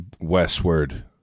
westward